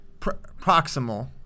proximal